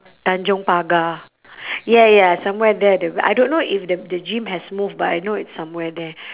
tanjong pagar yeah ya somewhere there the I don't know if the the gym has moved but I know it's somewhere there